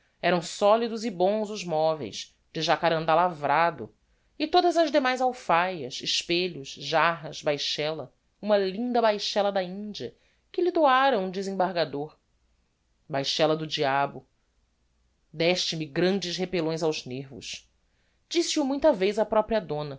eram solidos e bons os moveis de jacarandá lavrado e todas as demais alfaias espelhos jarras baixella uma linda baixella da india que lhe doára um desembargador baixella do diabo deste me grandes repellões aos nervos disse-o muita vez á própria dona